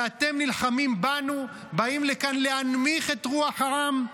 ואתם נלחמים בנו, באים לכאן להנמיך את רוח העם?